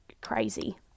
crazy